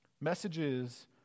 Messages